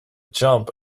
jump